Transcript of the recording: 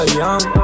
young